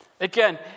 Again